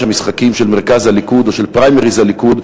המשחקים של מרכז הליכוד או של פריימריז הליכוד,